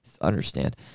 understand